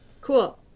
cool